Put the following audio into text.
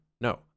No